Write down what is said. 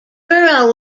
borough